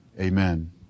Amen